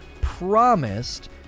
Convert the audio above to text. promised